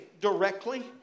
directly